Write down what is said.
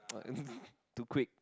ah too quick